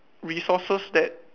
resources that